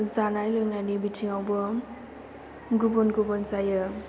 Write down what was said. जानाय लोंनायनि बिथिङावबो गुबुन गुबुन जायो